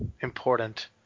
important